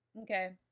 Okay